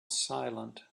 silent